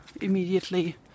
immediately